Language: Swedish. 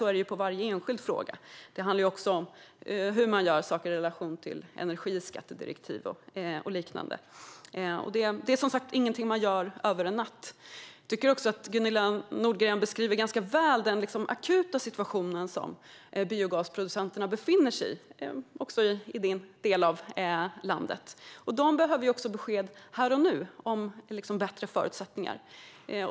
Så är det vid varje enskild fråga. Det handlar också om hur man gör saker i relation till energiskattedirektivet och liknande. Det här är som sagt inget som görs över en natt. Jag tycker också att Gunilla Nordgren ganska väl beskriver den akuta situation som biogasproducenterna befinner sig i. Det gäller även i hennes del av landet. De behöver få besked här och nu om bättre förutsättningar.